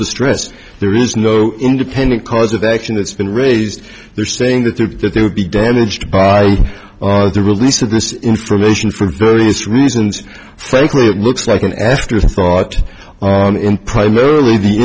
distress there is no independent cause of action that's been raised they're saying that they're that they would be damaged by the release of this information for various reasons frankly it looks like an afterthought primarily the